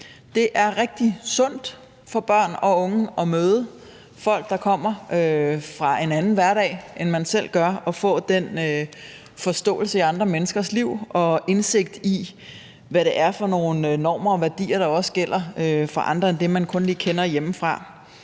Det er rigtig sundt for børn og unge at møde folk, der kommer fra en anden hverdag, end man selv gør, og få den forståelse for andre menneskers liv og indsigt i, hvad det er for nogle værdier, der gælder for andre end dem, som man kun lige kender hjemmefra.